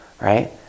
right